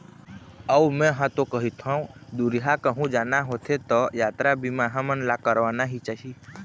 अऊ मेंहा तो कहिथँव दुरिहा कहूँ जाना होथे त यातरा बीमा हमन ला करवाना ही चाही